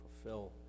fulfill